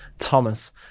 thomas